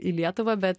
į lietuvą bet